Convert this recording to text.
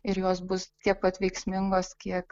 ir jos bus tiek pat veiksmingos kiek